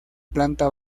planta